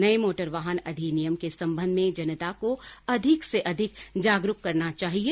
नये मोटर वाहन अधिनियम के संबंध में जनता को अधिक से अधिक जागरूक करना चाहिये